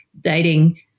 dating